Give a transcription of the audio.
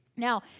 Now